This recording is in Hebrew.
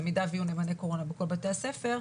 במידה שיהיו נאמני קורונה בכל בתי הספר,